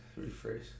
Rephrase